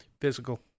Physical